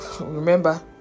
remember